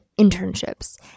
internships